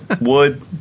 Wood